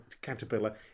Caterpillar